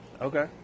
Okay